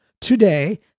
today